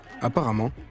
Apparemment